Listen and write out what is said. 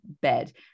bed